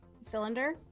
Cylinder